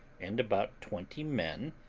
and about twenty men,